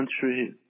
country